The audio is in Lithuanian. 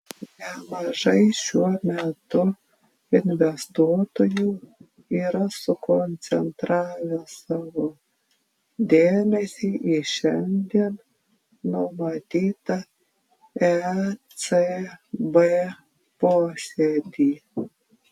nemažai šiuo metu investuotojų yra sukoncentravę savo dėmesį į šiandien numatytą ecb posėdį